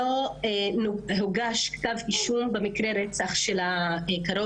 בין היתר, אני לא רוצה לקחת את הכאב שחוו